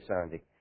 Sunday